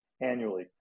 annually